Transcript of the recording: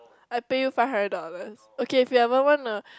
I pay you five hundred dollars okay if you ever wanna